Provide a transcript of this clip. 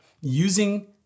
using